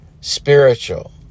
spiritual